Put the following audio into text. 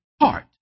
heart